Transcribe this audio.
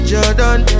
Jordan